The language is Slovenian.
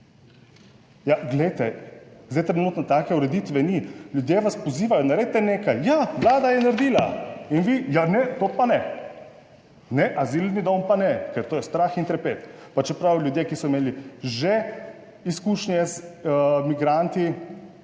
glejte, zdaj trenutno take ureditve ni, ljudje vas pozivajo, naredite nekaj. Ja, Vlada je naredila in vi ja, ne, to pa ne, ne, azilni dom pa ne, ker to je strah in trepet, pa čeprav ljudje, ki so imeli že izkušnje z migranti,